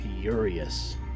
furious